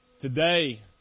Today